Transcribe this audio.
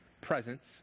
presence